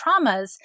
traumas